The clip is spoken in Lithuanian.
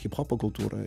hiphopo kultūrą